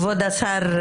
כבוד השר,